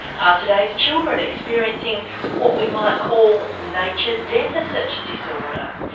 are today's children experiencing what we might call nature deficit disorder?